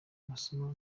amasomo